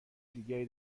دیگری